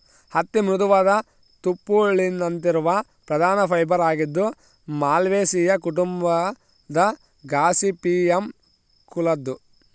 ಹತ್ತಿ ಮೃದುವಾದ ತುಪ್ಪುಳಿನಂತಿರುವ ಪ್ರಧಾನ ಫೈಬರ್ ಆಗಿದ್ದು ಮಾಲ್ವೇಸಿಯೇ ಕುಟುಂಬದ ಗಾಸಿಪಿಯಮ್ ಕುಲದ್ದು